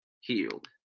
healed